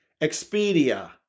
Expedia